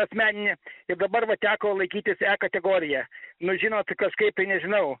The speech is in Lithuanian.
asmeninį ir dabar va teko laikytis e kategoriją nu žinot kažkaip tai nežinau